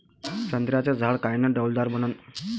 संत्र्याचं झाड कायनं डौलदार बनन?